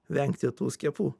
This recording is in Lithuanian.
vengti tų skiepų